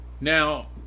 Now